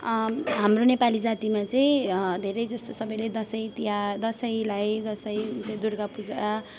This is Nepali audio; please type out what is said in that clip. हाम्रो नेपाली जातिमा चाहिँ धेरै जस्तो सबैले दसैँ तिहार दसैँलाई दसैँ हुन्छ दुर्गा पूजा